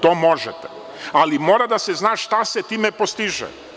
To možete, ali mora da se zna šta se time postiže.